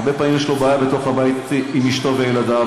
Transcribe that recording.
הרבה פעמים יש לו בעיה בתוך הבית עם אשתו וילדיו,